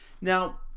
Now